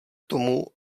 tomu